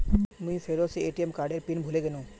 मुई फेरो से ए.टी.एम कार्डेर पिन भूले गेनू